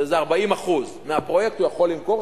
40% מהפרויקט הוא יכול למכור,